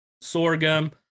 sorghum